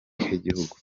y’igihugu